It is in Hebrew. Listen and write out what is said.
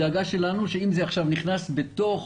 הדאגה שלנו היא שאם זה ייכנס עכשיו בתוך